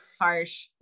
harsh